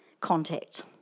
contact